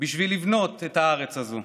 בשביל לבנות את הארץ הזו.